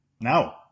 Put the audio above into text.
Now